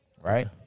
right